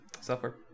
Software